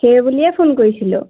সেই বুলিয়ে ফোন কৰিছিলোঁ